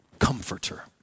Comforter